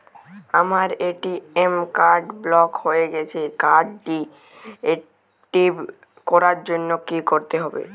আমার ATM card block হয়ে গেছে কার্ড টি একটিভ করার জন্যে কি করতে হবে?